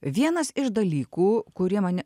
vienas iš dalykų kurie mane